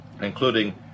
including